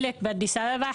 חלק באדיס אבבה,